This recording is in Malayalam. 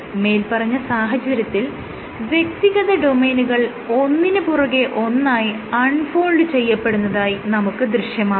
മേല്പറഞ്ഞ സാഹചര്യത്തിൽ വ്യക്തിഗത ഡൊമെയ്നുകൾ ഒന്നിന് പുറകെ ഒന്നായി അൺ ഫോൾഡ് ചെയ്യപ്പെടുന്നതായി നമുക്ക് ദൃശ്യമാകുന്നു